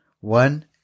one